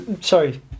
sorry